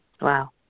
wow